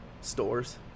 stores